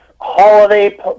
holiday